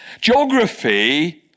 Geography